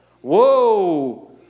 Whoa